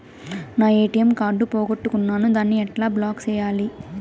నా ATM card పోగొట్టుకున్నాను, దాన్ని ఎట్లా బ్లాక్ సేయాలి?